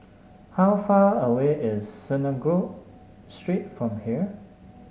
how far away is Synagogue Street from here